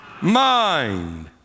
mind